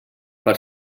per